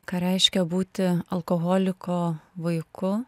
ką reiškia būti alkoholiko vaiku